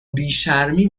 بیشرمی